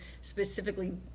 specifically